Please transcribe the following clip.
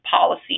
policy